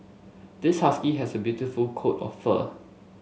this husky has a beautiful coat of fur